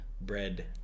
Bread